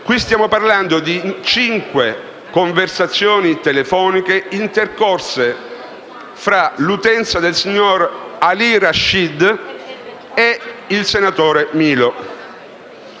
stiamo parlando di cinque conversazioni telefoniche intercorse tra l'utenza del signor Alì Rashid e il senatore Milo;